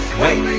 wait